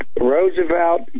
Roosevelt